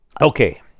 Okay